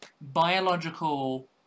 biological